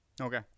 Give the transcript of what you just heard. Okay